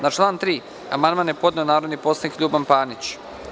Na član 3. amandman je podneo narodni poslanik Ljuban Panić.